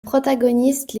protagonistes